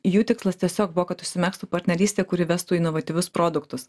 jų tikslas tiesiog buvo kad užsimegztų partnerystė kuri vestų inovatyvius produktus